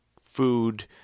food